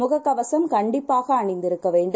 முகக்கவசம்கண்டிப்பாகஅணிந்திரு க்கவேண்டும்